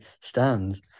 stands